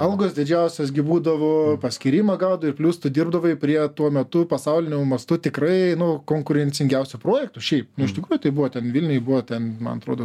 algos didžiausios gi būdavo paskyrimą gaudavai ir plius tu dirbdavai prie tuo metu pasauliniu mastu tikrai nu konkurencingiausių projektų šiaip nu iš tikrųjų tai buvo ten vilniuj buvo ten man atrodo